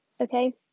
Okay